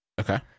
Okay